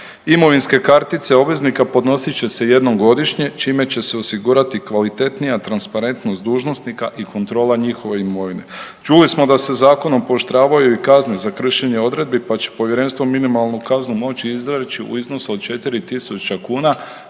Imovinske kartice obveznika podnosit će se jednom godišnje čime će se osigurati kvalitetnija transparentnost dužnosnika i kontrola njihove imovine. Čuli smo da se zakonom pooštravaju i kazne za kršenje odredbi pa će povjerenstvo minimalnom kaznom moći … u iznosu od 4.000 kuna,